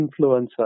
influencer